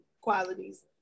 qualities